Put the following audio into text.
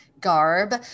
garb